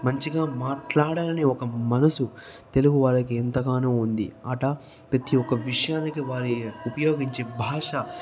మంచిగా మాట్లాడాలి అని ఒక మనసు తెలుగు వాళ్ళకి ఎంతగానో ఉంది అటా ప్రతీ ఒక విషయానికి వారు ఉపయోగించే భాష